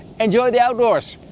enjoy the outdoors!